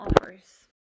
offers